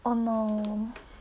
oh no